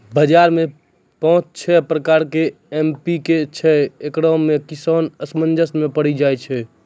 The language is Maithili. बाजार मे पाँच छह प्रकार के एम.पी.के छैय, इकरो मे किसान असमंजस मे पड़ी जाय छैय?